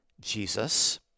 Jesus